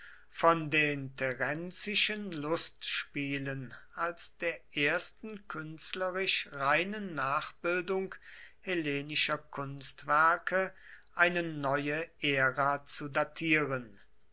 von den terenzischen lustspielen als der ersten künstlerisch reinen nachbildung hellenischer kunstwerke eine neue ära zu datieren